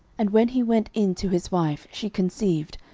and when he went in to his wife, she conceived,